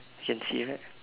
can see right